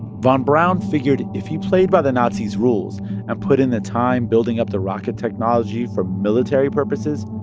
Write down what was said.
von braun figured if he played by the nazis' rules and put in the time building up the rocket technology for military purposes,